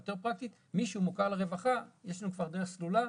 מי שמוכר לרווחה, יש לנו כבר דרך סלולה.